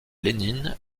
lénine